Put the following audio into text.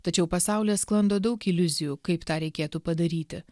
tačiau pasaulyje sklando daug iliuzijų kaip tą reikėtų padaryti